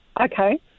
Okay